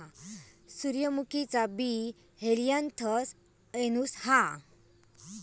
सूर्यमुखीचा बी helianthus annuus हा